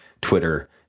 Twitter